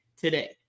today